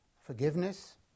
forgiveness